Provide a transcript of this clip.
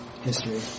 history